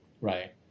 right